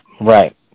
right